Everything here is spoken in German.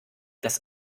das